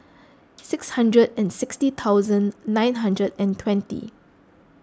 six hundred and sixty thousand nine hundred and twenty